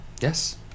Yes